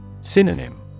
Synonym